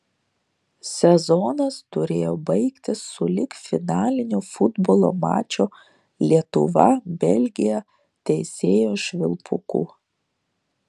sezonas turėjo baigtis sulig finaliniu futbolo mačo lietuva belgija teisėjo švilpuku